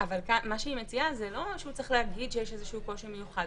אבל היא מציעה זה לא שהוא צריך להגיד שיש איזשהו קושי מיוחד,